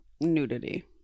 nudity